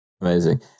amazing